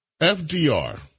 FDR